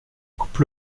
coupe